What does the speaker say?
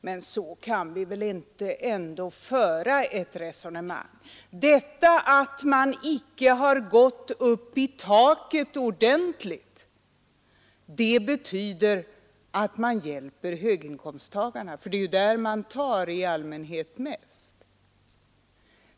Men det är väl ändå galet att föra resonemanget så.